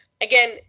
Again